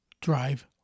drive